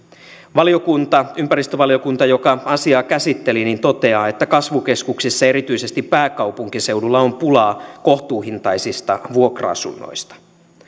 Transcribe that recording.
ympäristövaliokunta joka asiaa käsitteli toteaa että kasvukeskuksissa ja erityisesti pääkaupunkiseudulla on pulaa kohtuuhintaisista vuokra asunnoista